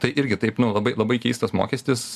tai irgi taip nu labai labai keistas mokestis